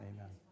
Amen